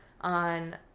on